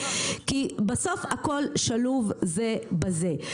בסוף הכול שלוב זה בזה.